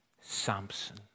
Samson